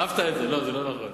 לא נכון,